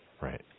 Right